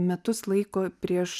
metus laiko prieš